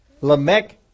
Lamech